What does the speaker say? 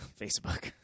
Facebook